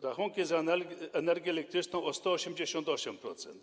Rachunki za energię elektryczną - o 188%.